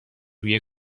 روی